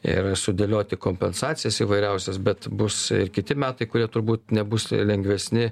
ir sudėlioti kompensacijas įvairiausias bet bus ir kiti metai kurie turbūt nebus lengvesni